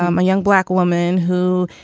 um a young black woman who,